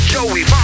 Joey